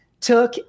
took